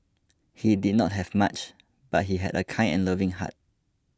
he did not have much but he had a kind and loving heart